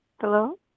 hello